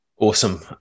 Awesome